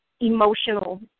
emotional